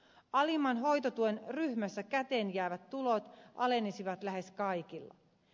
alimman hoitotuen ryhmässä käteenjäävät tulot alenisivat lähes kaikilla